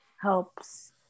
helps